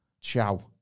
Ciao